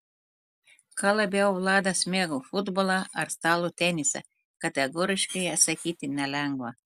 ką labiau vladas mėgo futbolą ar stalo tenisą kategoriškai atsakyti nelengva